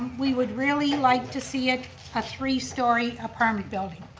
we would really like to see it a three story apartment building.